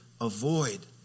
avoid